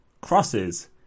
crosses